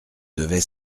devait